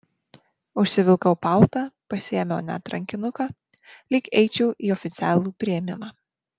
užsivilkau paltą pasiėmiau net rankinuką lyg eičiau į oficialų priėmimą